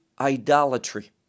idolatry